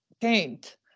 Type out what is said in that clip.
Paint